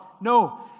No